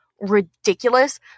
ridiculous